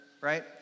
Right